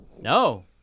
no